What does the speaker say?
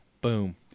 Boom